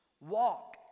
walk